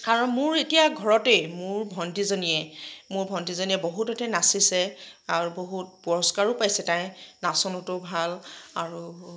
আৰু মোৰ এতিয়া ঘৰতেই মোৰ ভণ্টিজনীয়ে মোৰ ভণ্টিজনীয়ে বহুততে নাচিছে আৰু বহুত পুৰস্কাৰো পাইছে তাই নাচোনতো ভাল আৰু